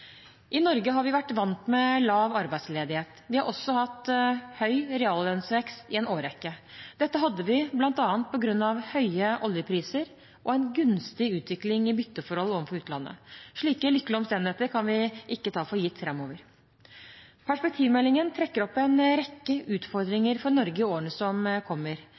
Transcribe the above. I Norge har vi vært vant med lav arbeidsledighet. Vi har også hatt høy reallønnsvekst i en årrekke. Det hadde vi bl.a. på grunn av høye oljepriser og en gunstig utvikling i bytteforhold overfor utlandet. Slike lykkelige omstendigheter kan vi ikke ta for gitt framover. Perspektivmeldingen trekker opp en rekke utfordringer for Norge i årene som kommer.